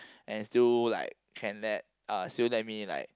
and still like can that uh still let me like